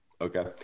okay